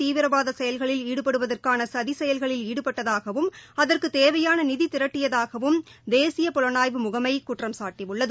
தீவிரவாதசெயல்களில் ஈடுபடுவதற்கானசதிசெயல்களில் நாடுமுழுவதும் ஈடுபட்டதாகவும் அதற்குதேவையானநிதிரட்டியதாகவும் தேசிய புலனாய்வு முகமைகுற்றம் சாட்டியுள்ளது